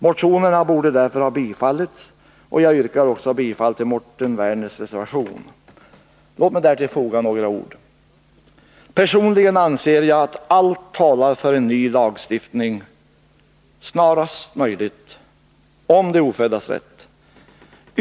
Motionerna borde därför ha bifallits. Jag yrkar också bifall till Mårten Werners reservation. Låt mig därtill foga några ord. Personligen anser jag att allt talar för en ny lagstiftning snarast möjligt om de oföddas rätt.